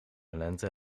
lente